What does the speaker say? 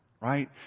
right